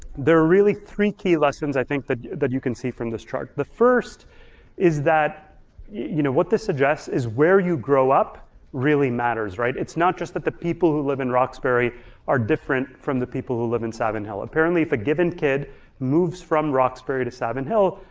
there are really three key lessons i think that that you can see from this chart. the first is that you know what this address is where you grow up really matters, right? it's not just that the people who live in roxbury are different from the people who live in savin hill. apparently if a given kid moves from roxbury to savin hill,